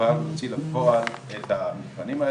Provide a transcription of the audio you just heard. כבר להוציא לפועל את המבחנים האלה.